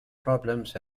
problems